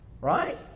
Right